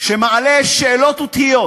שמעלה שאלות ותהיות,